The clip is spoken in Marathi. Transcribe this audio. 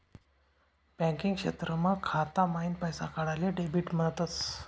बँकिंग क्षेत्रमा खाता माईन पैसा काढाले डेबिट म्हणतस